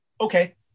Okay